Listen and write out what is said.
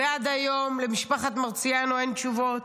ועד היום למשפחת מרציאנו אין תשובות?